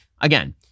again